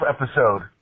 episode